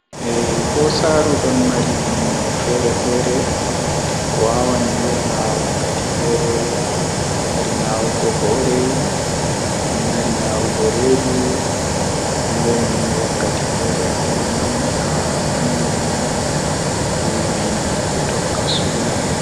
Nomi hisnata duniyaaru haa kunga to nasti duniyaaru kannjum woni mi tiɗdan mi dara mi laara kala komi waawata fu haa babal mbarugo huunde man, Tomi waawata mbarugo bo to woodi komi waawata yeccugo malla mi sawra be noɓe waɗirta mi Dara haa yeso nden mi laara huunde man waɗi.